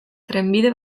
trenbide